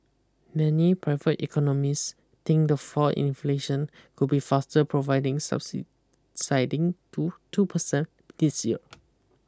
many private economists think the fall inflation could be faster providing subsiding to two percent this year